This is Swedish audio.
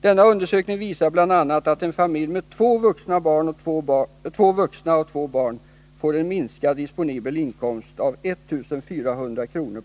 Denna undersökning visar bl.a. att en familj med två vuxna och två barn får en minskad disponibel inkomst av 1400 kr.